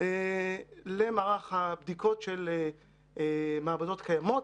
למערך הבדיקות של מעבדות קיימות.